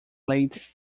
laid